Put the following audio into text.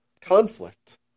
conflict